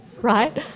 right